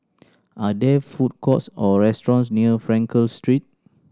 are there food courts or restaurants near Frankel Street